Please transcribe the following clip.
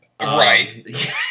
Right